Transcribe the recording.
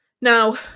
Now